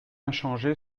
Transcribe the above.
inchangée